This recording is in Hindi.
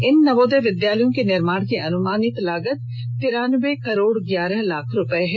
इन नवोदय विद्यालयों के निर्माण की अनुमानित लागत तिरानबे करोड़ ग्यारह लाख रूपये है